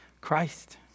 Christ